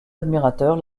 admirateurs